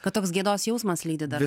kad toks gėdos jausmas lydi dar